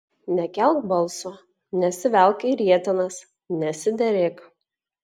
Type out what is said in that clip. nekelk balso nesivelk į rietenas nesiderėk